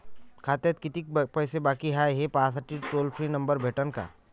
खात्यात कितीकं पैसे बाकी हाय, हे पाहासाठी टोल फ्री नंबर भेटन का?